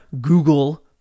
Google